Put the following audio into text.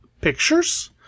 pictures